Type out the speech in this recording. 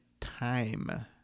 time